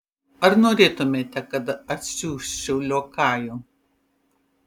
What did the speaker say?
ar norėtumėte kad atsiųsčiau liokajų